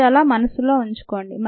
అది అలా మనస్సులో ఉంచుకోండి